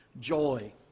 joy